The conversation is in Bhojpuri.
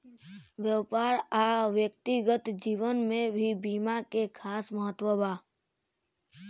व्यापार आ व्यक्तिगत जीवन में भी बीमा के खास महत्व बा